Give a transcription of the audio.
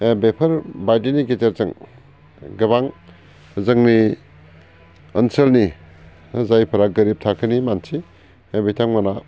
बेफोर बायदिनि गेजेरजों गोबां जोंनि ओनसोलनि जायफोरा गोरिब थाखोनि मानसि बिथांमोना